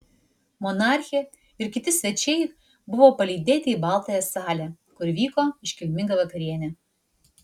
monarchė ir kiti svečiai buvo palydėti į baltąją salę kur vyko iškilminga vakarienė